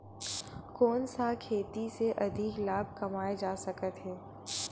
कोन सा खेती से अधिक लाभ कमाय जा सकत हे?